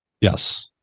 Yes